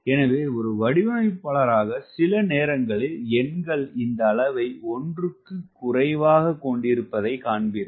எனவே ஒரு வடிவமைப்பாளராக சில நேரங்களில் எண்கள் இந்த அளவை ஒன்றுக்குக் குறைவாகக் கொண்டிருப்பதைக் காண்பீர்கள்